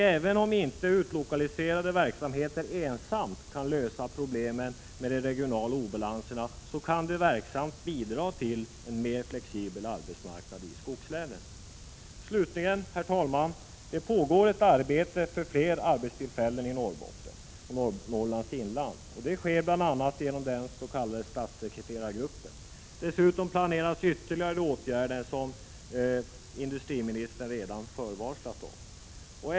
Även om inte utlokaliserade verksamheter ensamt kan lösa problemen med de regionala obalanserna, så kan det verksamt bidra till en mer flexibel arbetsmarknad i skogslänen. Slutligen, herr talman: Det pågår ett arbete för fler arbetstillfällen i bl.a. Norrbotten och Norrlands inland. Det sker bl.a. genom den s.k. statssekreterargruppen. Dessutom planeras ytterligare åtgärder, som industriministern redan har varslat om.